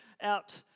out